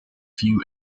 few